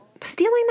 stealing